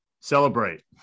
celebrate